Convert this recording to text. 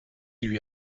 lui